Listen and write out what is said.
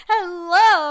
Hello